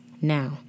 now